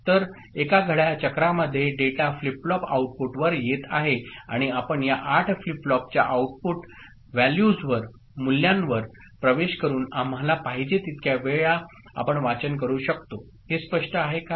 तर एका घड्याळ चक्रामध्ये डेटा फ्लिप फ्लॉप आउटपुटवर येत आहे आणि आपण या 8 फ्लिप फ्लॉपच्या आउटपुट व्हॅल्यूजवर प्रवेश करून आम्हाला पाहिजे तितक्या वेळा आपण वाचन करू शकतो हे स्पष्ट आहे काय